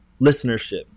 listenership